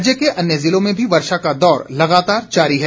राज्य के अन्य जिलों में भी वर्षा का दौर लगातार जारी है